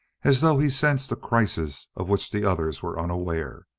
as though he sensed a crisis of which the others were unaware.